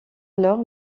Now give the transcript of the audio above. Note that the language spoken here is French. alors